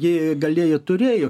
ji galėjo turėjo